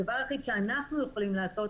הדבר היחיד שאנחנו יכולים לעשות,